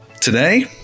today